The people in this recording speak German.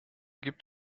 gibt